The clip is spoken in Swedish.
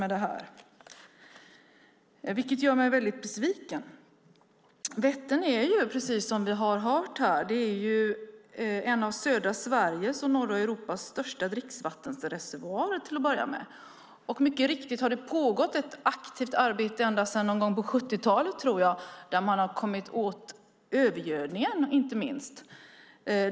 Det gör mig besviken. Vättern är som sagt en av södra Sveriges och norra Europas största dricksvattenreservoarer. Mycket riktigt har det sedan 70-talet pågått ett aktivt arbete för att komma åt övergödningen.